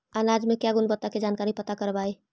अनाज मे क्या गुणवत्ता के जानकारी पता करबाय?